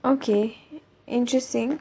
okay interesting interesting